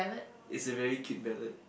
is a very cute ballad